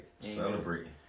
Celebrating